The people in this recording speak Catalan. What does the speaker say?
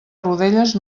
rodelles